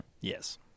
Yes